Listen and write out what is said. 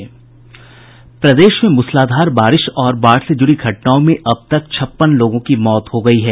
प्रदेश में मुसलाधार बारिश और बाढ़ से जुड़ी घटनाओं में अब तक छप्पन लोगों की मौत हुई है